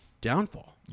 downfall